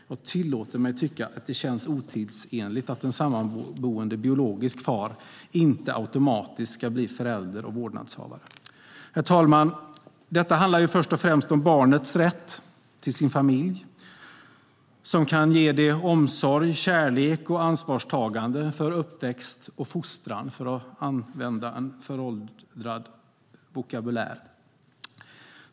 Jag tillåter mig att tycka att det känns otidsenligt att en sammanboende biologisk far inte automatiskt blir förälder och vårdnadshavare. Herr talman! Detta handlar först och främst om barnets rätt till sin familj som kan ge det omsorg, kärlek och ansvarstagande för uppväxt och fostran, för att använda en föråldrad vokabulär.